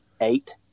eight